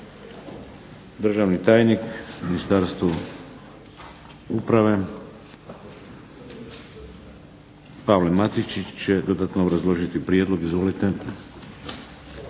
Državni tajnik u Ministarstvu uprave Pavle Matičić će dodatno obrazložiti prijedlog. Izvolite.